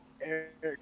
Eric